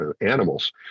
animals